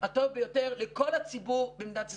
הטוב ביותר לכל הציבור במדינת ישראל.